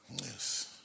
Yes